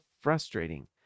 frustrating